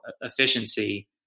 efficiency